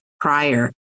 prior